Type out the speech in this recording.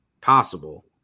possible